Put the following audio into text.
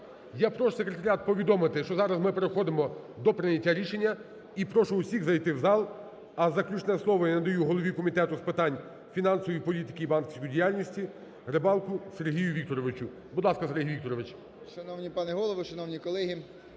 Я прошу секретаріат повідомити, що зараз ми переходимо до прийняття рішення і прошу всіх зайти в зал. А заключне слово я надаю голові Комітету з питань фінансової політики і банківської діяльності Рибалку Сергію Вікторовичу. Будь ласка, Сергій Вікторович.